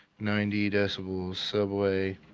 ninety decibels subway,